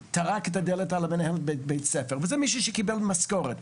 הוא טרק את הדלת על מנהל בית הספר וזה מישהו שמקבל משכורת.